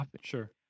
Sure